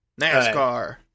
NASCAR